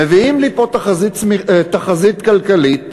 מביאים לי פה תחזית כלכלית,